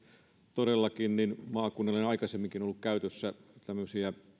todellakin maakunnilla on aikaisemminkin ollut käytössä tämmöisiä